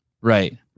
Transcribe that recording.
Right